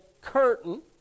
curtain